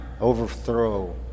overthrow